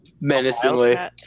menacingly